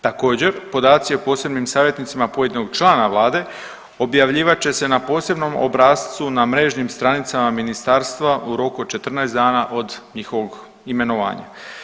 Također, podaci o posebnim savjetnicima pojedinog člana Vlade objavljivat će se na posebnom obrascu na mrežnim stranicama ministarstva u roku od 14 dana od njihovog imenovanja.